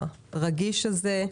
והרגיש הזה.